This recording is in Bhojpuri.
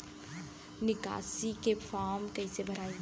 निकासी के फार्म कईसे भराई?